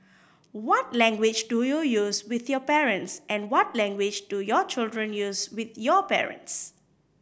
what language do you use with your parents and what language do your children use with your parents